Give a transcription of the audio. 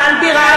(קוראת בשמות חברי הכנסת) אופיר אקוניס,